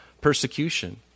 persecution